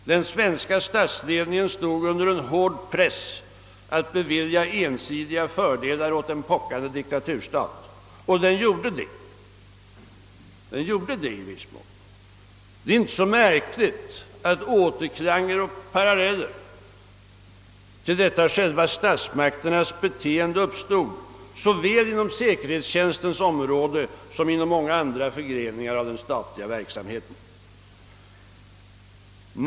Den svenska statsledningen stod under hård press att bevilja ensidiga fördelar åt en pockande diktaturstat, och den gjorde det i viss mån. Det är inte så märkligt att återklanger av och paralleller till detta själva statsmakternas. beteende uppstod såväl inom säkerhetstjänstens område som inom många andra förgreningar av den statliga verksamheten.